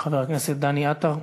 חבר הכנסת דני עטר,